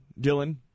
Dylan